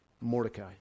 Mordecai